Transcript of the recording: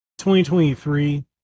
2023